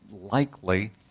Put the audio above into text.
likely